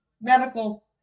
Medical